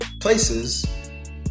places